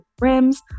rims